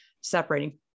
separating